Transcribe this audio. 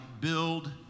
build